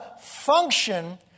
function